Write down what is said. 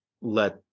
let